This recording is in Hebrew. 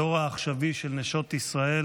הדור העכשווי של נשות ישראל